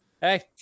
hey